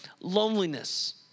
Loneliness